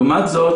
לעומת זה,